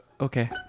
okay